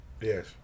Yes